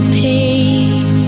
pain